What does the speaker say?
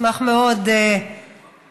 נשמח מאוד לנסות